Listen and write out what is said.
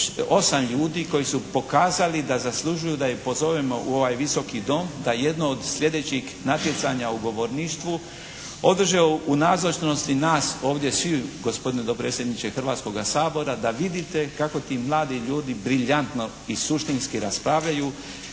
8 ljudi koji su pokazali da zaslužuju da ih pozovemo u ovaj Visoki dom, da jedno od sljedećih natjecanja u govorništvu održe u nazočnosti nas ovdje sviju gospodine dopredsjedniče Hrvatskoga sabora da vidite kako ti mladi ljudi briljantno i suštinski raspravljaju,